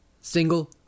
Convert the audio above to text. single